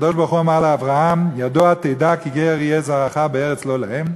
שהקדוש-ברוך-הוא אמר לאברהם: "ידע תדע כי גר יהיה זרעך בארץ לא להם,